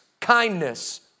kindness